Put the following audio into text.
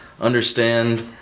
understand